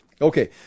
Okay